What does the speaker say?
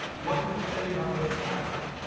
what does this say about most of africa.